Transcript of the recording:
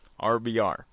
RBR